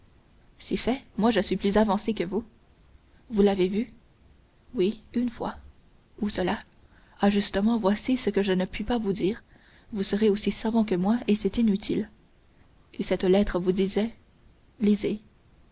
si fait moi je suis plus avancé que vous vous l'avez vu oui une fois où cela ah justement voici ce que je ne puis pas vous dire vous seriez aussi savant que moi et c'est inutile et cette lettre vous disait lisez